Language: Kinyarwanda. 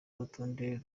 urutonde